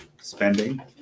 spending